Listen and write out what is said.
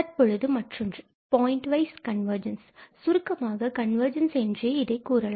தற்பொழுது மற்றொன்று pointwise convergence சுருக்கமாக கன்வர்ஜென்ஸ் என்றே கூறலாம்